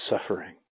suffering